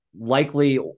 likely